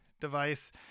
device